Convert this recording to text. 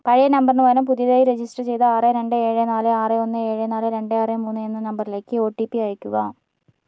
പഴയ നമ്പറിന് പകരം പുതിയതായി രജിസ്റ്റർ ചെയ്ത ആറ് രണ്ട് ഏഴ് നാല് ആറ് ഒന്ന് ഏഴ് നാല് രണ്ട് ആറ് മൂന്ന് എന്ന രണ്ട് നമ്പറിലേക്ക് ഒ ടി പി അയയ്ക്കുക